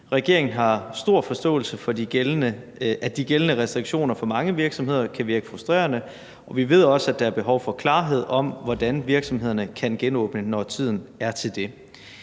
Regeringen har stor forståelse for, at de gældende restriktioner for mange virksomheder kan virke frustrerende, og vi ved også, at der er behov for klarhed over, hvordan virksomhederne kan genåbne, når tiden er til det.